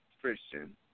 Christian